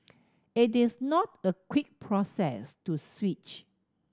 it is not a quick process to switch